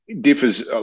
differs